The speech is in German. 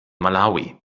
malawi